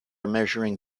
measuring